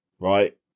right